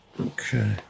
Okay